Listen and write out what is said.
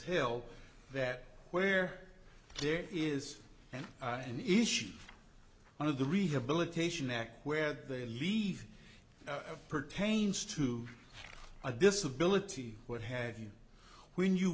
hill that where there is an issue one of the rehabilitation act where they leave pertains to a disability what have you when you